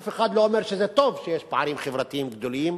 אף אחד לא אומר שזה טוב שיש פערים חברתיים גדולים